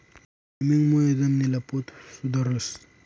लिमिंगमुळे जमीनना पोत सुधरस